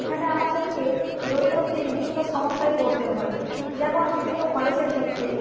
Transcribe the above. এখানে আমাদেরকে দৈনন্দিন বিভিন্ন সমস্যায় পড়তে হয় যেমন বিভিন্ন খরচের দিক থেকে